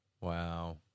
Wow